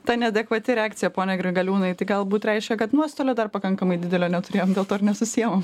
ta neadekvati reakcija pone grigaliūnai tai galbūt reiškia kad nuostolio dar pakankamai didelio neturėjom dėl to ir nesusiejom